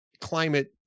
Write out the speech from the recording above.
climate